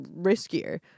riskier